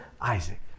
Isaac